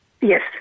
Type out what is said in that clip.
Yes